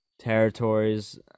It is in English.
territories